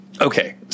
Okay